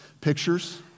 pictures